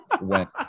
went